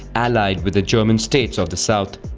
allied with the german states of the south.